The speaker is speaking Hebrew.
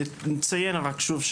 רק נציין שוב,